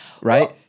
right